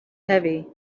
heavy